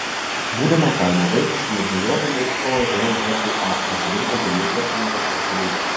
būdama kaimo vaikas nedvejodama įstojo į lžūa pasirinko žemėtvarkininkės specialybę